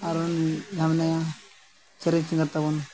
ᱟᱨᱚ ᱡᱟᱦᱟᱸᱭ ᱢᱮᱱᱟᱭᱟ ᱥᱮᱨᱮᱧ ᱥᱤᱝᱜᱟᱨ ᱛᱟᱵᱚᱱ